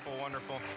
Wonderful